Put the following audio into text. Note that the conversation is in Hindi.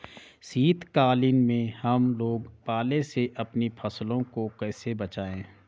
शीतकालीन में हम लोग पाले से अपनी फसलों को कैसे बचाएं?